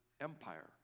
empire